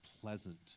pleasant